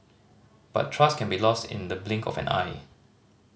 but trust can be lost in the blink of an eye